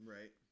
Right